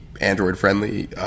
Android-friendly